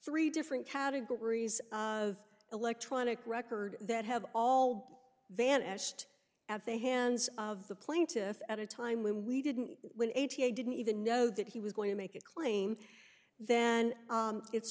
three different categories of electronic record that have all vanished at the hands of the plaintiffs at a time when we didn't win eighty eight didn't even know that he was going to make a claim then it's